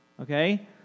okay